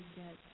get